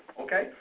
okay